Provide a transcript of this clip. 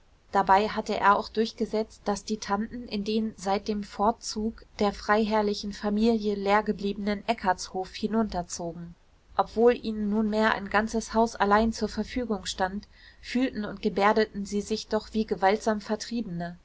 dabei hatte er auch durchgesetzt daß die tanten in den seit dem fortzug der freiherrlichen familie leergebliebenen eckartshof hinunterzogen obwohl ihnen nunmehr ein ganzes haus allein zur verfügung stand fühlten und gebärdeten sie sich doch wie gewaltsam vertriebene